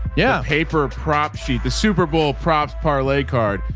yeah. paper prop sheet, the superbowl props parlay card.